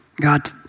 God